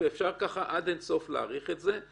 ואפשר ככה עד אין סוף להאריך את זה.